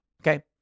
Okay